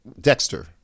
Dexter